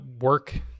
work